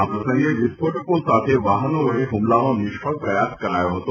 આ પ્રસંગે વિસ્ફોટકો સાથેના વાહન વડે હુમલાનો નિષ્ફળ પ્રયાસ કરાયો હતો